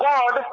God